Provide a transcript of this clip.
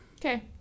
Okay